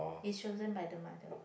it's chosen by the mother